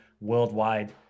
worldwide